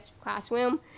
classroom